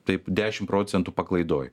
taip dešim procentų paklaidoj